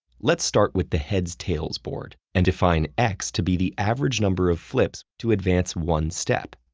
let's start with the heads tails board, and define x to be the average number of flips to advance one step.